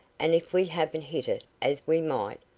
and if we haven't hit it as we might,